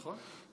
נכון.